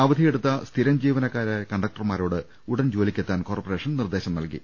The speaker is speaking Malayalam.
അവധിയെടുത്ത സ്ഥിരം ജീവനക്കാരായ കണ്ടക്ടർമാരോട് ഉടൻ ജോലിക്കെത്താൻ കോർപ്പറേ ഷൻ നിർദ്ദേശം നൽകി